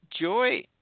joy